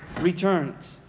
returns